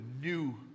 new